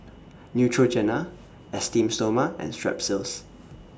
Neutrogena Esteem Stoma and Strepsils